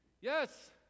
Yes